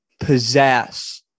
possess